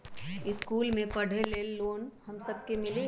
इश्कुल मे पढे ले लोन हम सब के मिली?